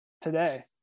today